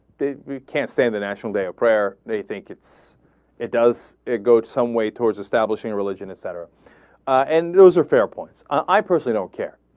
they can't stand the national day of prayer. they think it does, it goes some way towards establishing a religion et cetera and those are fair points. i personally don't care.